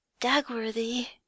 dagworthy